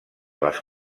les